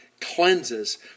cleanses